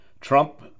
Trump